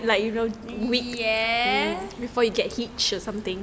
ya